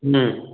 हम्म